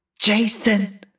Jason